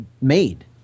made